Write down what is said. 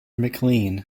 mclean